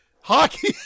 Hockey